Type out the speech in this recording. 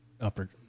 Upper